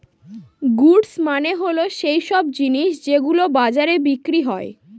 goods মানে হল সৈইসব জিনিস যেগুলো বাজারে বিক্রি হয়